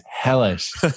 hellish